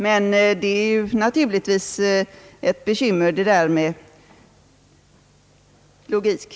Men det är naturligtvis ett bekymmer det där med logik.